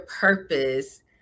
purpose